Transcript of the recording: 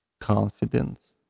confidence